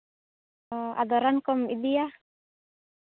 ᱚᱸᱻ ᱟᱫᱚ ᱨᱟᱱ ᱠᱚᱢ ᱤᱫᱤᱭᱟ